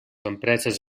empreses